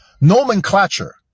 nomenclature